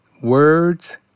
Words